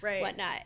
whatnot